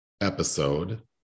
episode